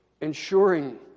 Ensuring